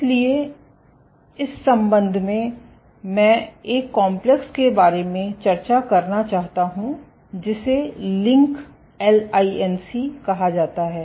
इसलिए इस संबंध में मैं एक कॉम्प्लेक्स के बारे में चर्चा करना चाहता हूं जिसे LINC कहा जाता है